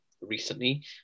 recently